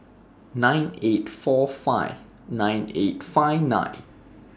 nine eight four five nine eight five nine